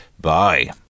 bye